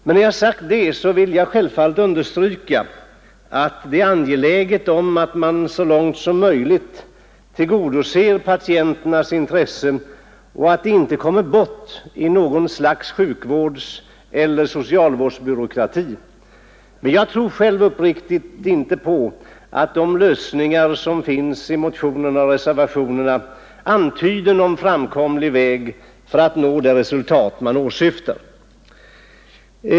Sedan jag sagt detta vill jag självfallet understryka att det är angeläget = Nr 56 att patienternas intressen tillgodoses så långt möjligt, så att de inte Onsdagen den kommer bort i något slags sjukvårdseller socialvårdsbyråkrati. Men jag 12 april 1972 tror själv uppriktigt inte att de förslag till lösningar som motionärerna och reservanterna antyder är någon framkomlig väg för att nå det resultat som åsyftas.